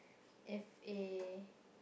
F A